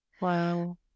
Wow